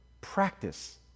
practice